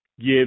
give